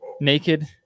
naked